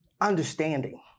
understanding